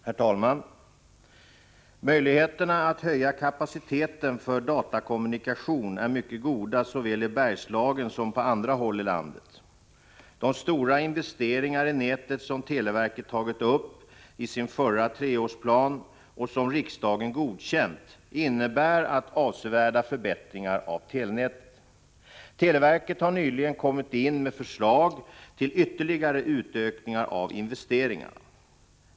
Herr talman! Möjligheterna att höja kapaciteten för datakommunikation är mycket goda såväl i Bergslagen som på andra håll i landet. De stora investeringar i nätet som televerket tagit upp i sin förra treårsplan och som riksdagen godkänt innebär avsevärda förbättringar av telenätet. Televerket har nyligen kommit in med förslag till ytterligare utökning av investeringarna.